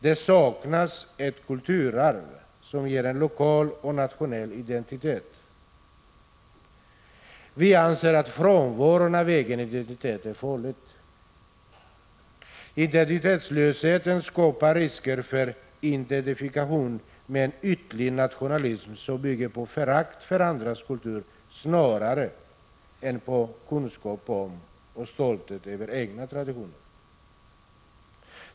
Det saknas ett kulturarv som ger en lokal och nationell identitet. Vpk anser att frånvaron av en egen identitet är farlig. Identitetslösheten skapar risker för identifikation med en ytlig nationalism, som bygger på förakt för andras kultur snarare än på kunskap om och stolthet över egna traditioner.